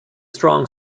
strong